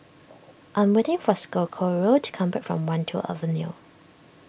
I'm waiting for Socorro to come back from Wan Tho Avenue